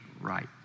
right